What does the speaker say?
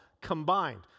combined